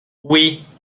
oui